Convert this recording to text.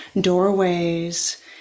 doorways